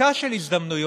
ולאספקה של הזדמנויות,